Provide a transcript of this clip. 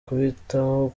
kubitaho